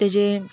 त्याचे